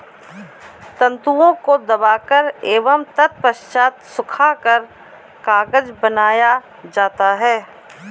तन्तुओं को दबाकर एवं तत्पश्चात सुखाकर कागज बनाया जाता है